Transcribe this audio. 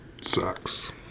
Sucks